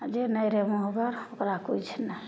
आओर जे नहि रहय मुँहगर ओकरा किछु नहि